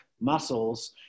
muscles